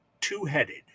Two-Headed